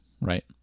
Right